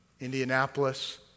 Indianapolis